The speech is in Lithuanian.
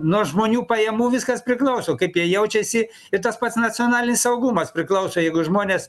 nuo žmonių pajamų viskas priklauso kaip jie jaučiasi ir tas pats nacionalinis saugumas priklauso jeigu žmonės